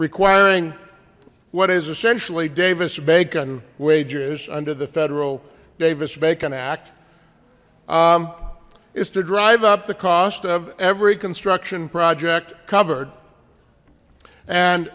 requiring what is essentially davis bacon wages under the federal davis bacon act is to drive up the cost of every construction project covered and